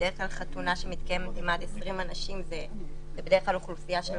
זה מאוד עצוב כי עשרות אלפי אנשים ועשרות אלפי עסקים